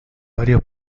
varios